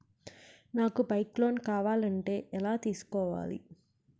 నాకు bike loan కావాలంటే ఎలా తీసుకోవాలి?